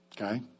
Okay